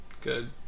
good